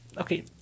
Okay